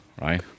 right